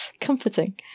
Comforting